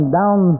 down